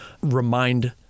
remind